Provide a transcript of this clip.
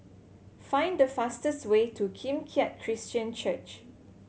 find the fastest way to Kim Keat Christian Church